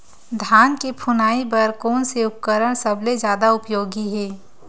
धान के फुनाई बर कोन से उपकरण सबले जादा उपयोगी हे?